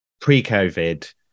pre-covid